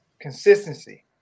consistency